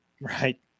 Right